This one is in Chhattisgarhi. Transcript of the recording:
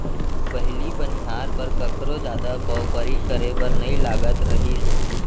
पहिली बनिहार बर कखरो जादा पवपरी करे बर नइ लागत रहिस